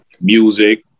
music